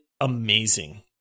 amazing